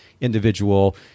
individual